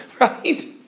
Right